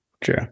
True